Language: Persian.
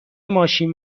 ماشین